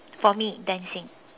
for me dancing